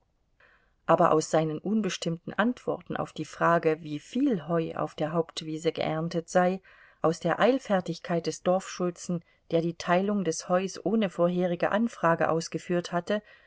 aber aus seinen unbestimmten antworten auf die frage wieviel heu auf der hauptwiese geerntet sei aus der eilfertigkeit des dorfschulzen der die teilung des heus ohne vorherige anfrage ausgeführt hatte